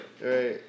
right